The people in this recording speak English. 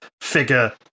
figure